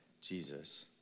Jesus